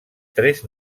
tres